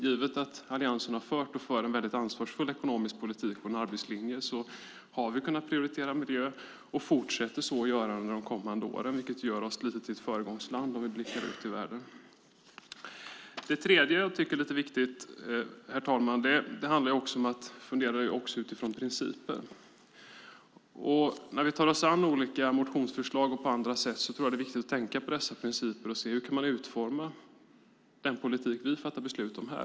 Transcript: Givet att Alliansen har fört och för en ansvarsfull ekonomisk politik har vi kunnat prioritera miljö och fortsätter så göra under de kommande åren, vilket gör Sverige till något av ett föregångsland. Det ser vi om vi blickar ut i världen. Det tredje jag tycker är viktigt, herr talman, är att fundera utifrån principer. När vi tar oss an olika motionsförslag och annat tror jag att det är viktigt att tänka på dessa principer och se hur man kan utforma den politik som vi fattar beslut om här.